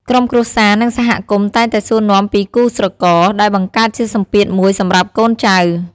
ក្រុមគ្រួសារ និងសហគមន៍តែងតែសួរនាំពីគូស្រករ ដែលបង្កើតជាសម្ពាធមួយសម្រាប់កូនចៅ។